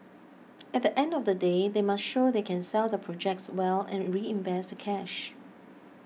at the end of the day they must show they can sell their projects well and reinvest the cash